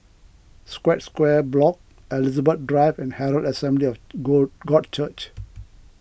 Scotts Square Block Elizabeth Drive and Herald Assembly God God Church